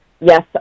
yes